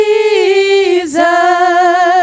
Jesus